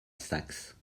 saxe